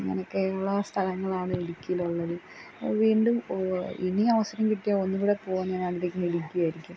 അങ്ങനെക്കെയുള്ള സ്ഥലങ്ങളാണിടുക്കിയിലുള്ളത് വീണ്ടും ഇനിയവസരം കിട്ടിയാല് ഒന്നുങ്കൂടെ പോവാൻ ഞാനാഗ്രഹിക്കുന്നത് ഇടുക്കിയായിരിക്കും